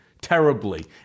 terribly